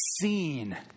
seen